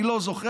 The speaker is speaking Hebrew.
אני לא זוכר,